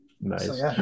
nice